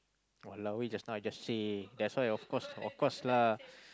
!walao! eh just now I just say that's why of course of course lah